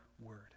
word